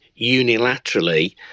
unilaterally